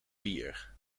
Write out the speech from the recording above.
bier